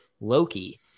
Loki